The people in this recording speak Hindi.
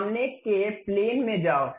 सामने के विमान में जाओ